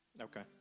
Okay